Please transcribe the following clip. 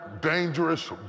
dangerous